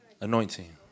anointing